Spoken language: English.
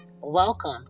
Welcome